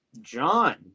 John